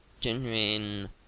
Genuine